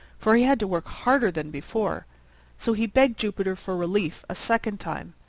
for he had to work harder than before so he begged jupiter for relief a second time,